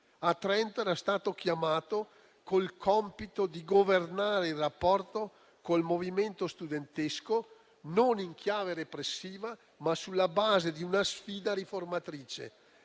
A Trento era stato chiamato col compito di governare il rapporto con il movimento studentesco non in chiave repressiva, ma sulla base di una sfida riformatrice.